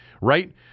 right